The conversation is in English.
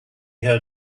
heard